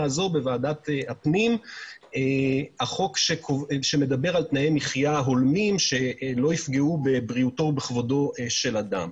הפנים שמדבר על תנאי מחיה הולמים שלא יפגעו בבריאותו ובכבודו של אדם.